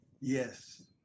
Yes